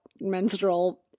menstrual